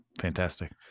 Fantastic